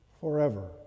forever